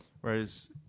Whereas